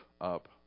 up